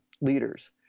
leaders